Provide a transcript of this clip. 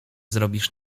zrobisz